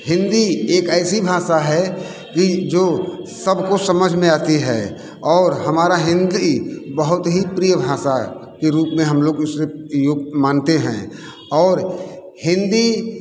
हिंदी एक ऐसी भाषा है कि जो सबको समझ में आती है और हमारा हिंदी बहुत ही प्रिय भाषा के रूप में हम लोग मानते हैं और हिंदी